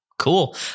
cool